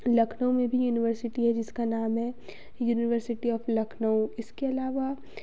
लखनऊ में भी यूनिवर्सिटी है जिसका नाम है यूनिवर्सिटी ऑफ लखनऊ इसके अलावा